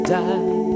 die